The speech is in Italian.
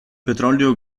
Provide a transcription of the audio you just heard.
petrolio